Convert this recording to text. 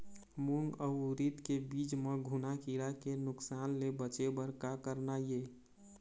मूंग अउ उरीद के बीज म घुना किरा के नुकसान ले बचे बर का करना ये?